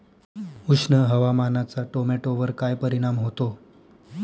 उष्ण हवामानाचा टोमॅटोवर काय परिणाम होतो?